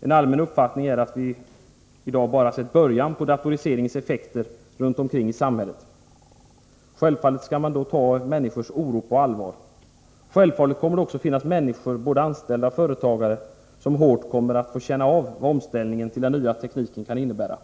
En allmän uppfattning är att vi i dag bara har sett början på datoriseringens effekter runt omkring i samhället. Självfallet skall man ta människors oro på allvar. Självfallet kommer det att finnas människor, både anställda och företagare, som hårt kommer att få känna av vad omställningen till den nya tekniken kan innebära.